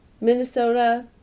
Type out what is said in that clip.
Minnesota